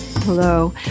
Hello